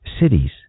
Cities